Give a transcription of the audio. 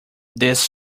this